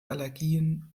allergien